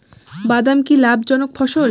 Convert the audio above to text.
বাদাম কি লাভ জনক ফসল?